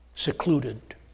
secluded